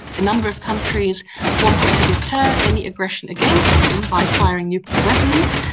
a number of countries wanted to deter any aggression against them by acquiring nuclear weapons.